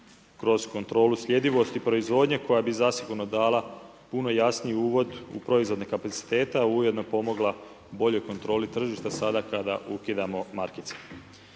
kroz kontrolu sljedivosti proizvodnje koja bi zasigurno dal puno jasniji uvod u proizvodnje kapacitete a ujedno pomogla boljoj kontroli tržišta sada kada ukidamo markice.